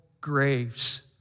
Graves